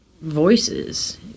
voices